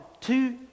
Two